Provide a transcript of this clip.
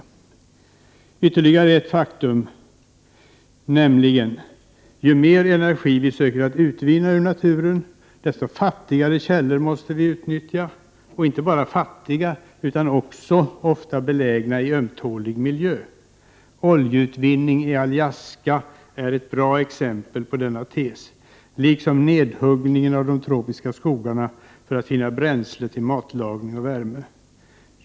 Det finns ytterligare ett faktum som bör noteras. Ju mer energi vi försöker utvinna i naturen, desto fattigare källor måste vi utnyttja. De är inte bara fattiga, utan de är också ofta belägna i en ömtålig miljö. Oljeutvinning i Alaska liksom nedhuggningen av de tropiska skogarna för att finna bränsle till matlagning och värme är bra exempel på denna tes.